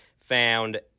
found